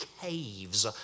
caves